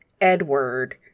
Edward